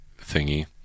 thingy